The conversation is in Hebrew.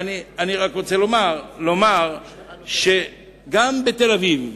אני רוצה לומר שגם בתל-אביב,